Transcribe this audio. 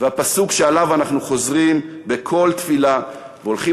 והפסוק שעליו אנחנו חוזרים בכל תפילה והולכים